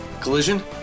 Collision